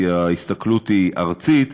כי ההסתכלות היא ארצית,